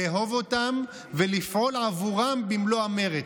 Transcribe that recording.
לאהוב אותם ולפעול עבורם במלוא המרץ.